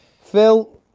Phil